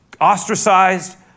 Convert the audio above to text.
ostracized